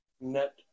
Net